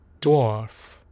dwarf